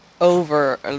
over